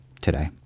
today